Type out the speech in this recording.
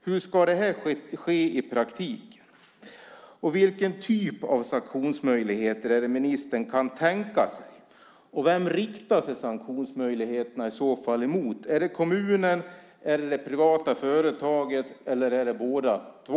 Hur ska detta ske i praktiken? Vilken typ av sanktionsmöjligheter är det ministern kan tänka sig? Vem riktar sig sanktionsmöjligheterna i så fall mot? Är det mot kommunen, det privata företaget eller båda två?